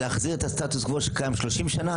להחזיר את הסטטוס קוו שקיים 30 שנים.